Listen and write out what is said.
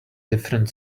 different